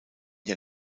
der